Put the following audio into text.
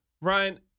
Ryan